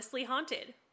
Haunted